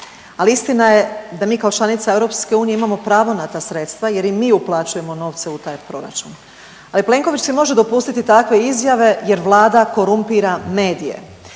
ali istina je da mi kao članica EU imamo pravo na ta sredstva jer i mi uplaćujemo novce u taj proračun. Ali Plenković si može dopustiti takve izjave jer Vlada korumpira medije.